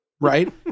right